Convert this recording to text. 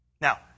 Now